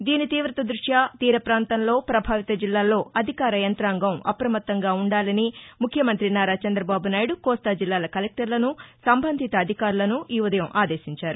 దీని తీవత దృష్ట్య తీరప్రాంతలోని ప్రభావిత జిల్లాల్లో అధికార యంతాంగం అప్రమత్తంగా ఉండాలని ముఖ్యమంతి నారా చంద్రబాబునాయుడు కోస్తా జిల్లాల కలెక్టర్లను సంబంధిత అధికారులను ఈ ఉదయం ఆదేశించారు